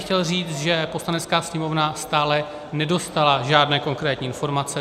Chtěl bych říct, že Poslanecká sněmovna stále nedostala žádné konkrétní informace.